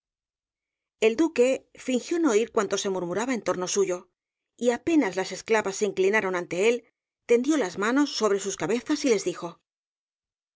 el duque fingió no oir cuanto se murmuraba en torno suyo y apenas las esclavas se inclinaron ante él tendió las manos sobre sus cabezas y les dijo